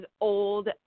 old